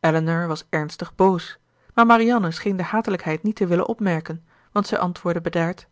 elinor was ernstig boos maar marianne scheen de hatelijkheid niet te willen opmerken want zij antwoordde bedaard